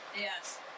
yes